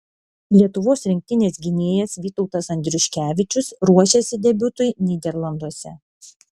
lietuvos rinktinės gynėjas vytautas andriuškevičius ruošiasi debiutui nyderlanduose